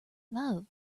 love